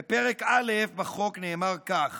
בפרק א' בחוק נאמר כך: